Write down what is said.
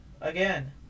again